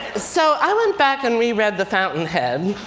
so i went back and re-read the fountainhead.